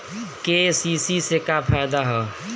KCC से का फायदा ह?